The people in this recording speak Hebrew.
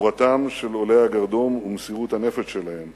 גבורתם של עולי הגרדום ומסירות הנפש שלהם